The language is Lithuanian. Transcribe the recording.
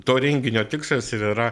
to renginio tikslas ir yra